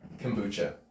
Kombucha